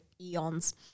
eons